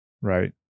Right